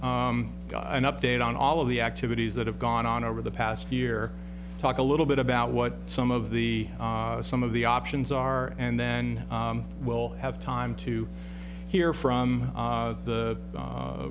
got an update on all of the activities that have gone on over the past year talk a little bit about what some of the some of the options are and then we'll have time to hear from the